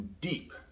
deep